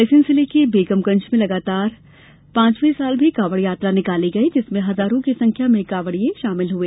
रायसेन जिले के बेगमगंज में आज लगातार पांचवें वर्ष भी कांवड़यात्रा निकाली गई जिसमें हजारों की संख्या में कांवड़िये शामिल हुए